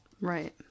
Right